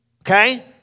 Okay